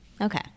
Okay